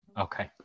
Okay